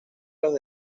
los